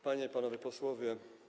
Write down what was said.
Panie i Panowie Posłowie!